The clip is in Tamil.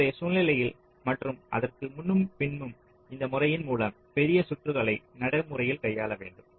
இன்றைய சூழ்நிலையில் மற்றும் அதற்கு முன்னும் பின்னும் இந்த முறையின் மூலம் பெரிய சுற்றுகளை நடைமுறையில் கையாள வேண்டும்